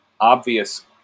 obvious